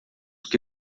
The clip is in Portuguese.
que